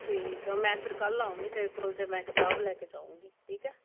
ਠੀਕ ਹੈ ਮੈਂ ਫਿਰ ਕੱਲ੍ਹ ਆਊਂਗੀ ਤੇਰੇ ਕੋਲ ਅਤੇ ਮੈਂ ਕਿਤਾਬ ਲੈ ਕੇ ਜਾਊਂਗੀ ਠੀਕ ਹੈ